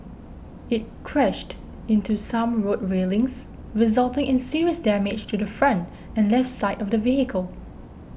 it crashed into some road railings resulting in serious damage to the front and left side of the vehicle